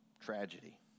tragedy